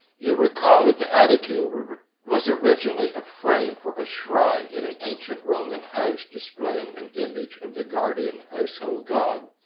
you recall that the aedicule was originally a frame for a shrine in an ancient roman house, displaying an image of the guardian household god.